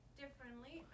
differently